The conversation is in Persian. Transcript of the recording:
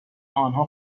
آنها